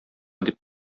дип